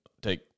take